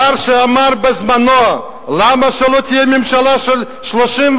שר שאמר בזמנו: "למה שלא תהיה ממשלה של 35?"